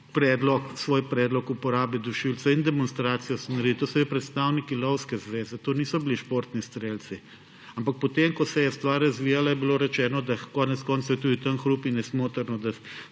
svoj predlog uporabe dušilcev in tudi demonstracijo smo naredili. To so bili predstavniki Lovske zveze, to niso bili športni strelci. Ampak ko so se je stvar razvijala, je bilo rečeno, da konec koncev je tudi tam hrup in je smotrno,